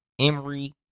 Emery